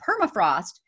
permafrost